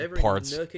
parts